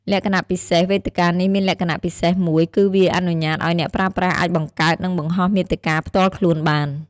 លក្ខណៈពិសេស វេទិកានេះមានលក្ខណៈពិសេសមួយគឺវា អនុញ្ញាតឲ្យអ្នកប្រើប្រាស់អាចបង្កើត និងបង្ហោះមាតិកា ផ្ទាល់ខ្លួនបាន។